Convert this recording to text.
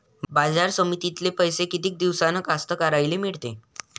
बाजार समितीतले पैशे किती दिवसानं कास्तकाराइले मिळते?